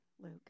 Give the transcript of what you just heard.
Luke